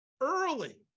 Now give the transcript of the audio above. early